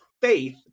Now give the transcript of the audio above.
faith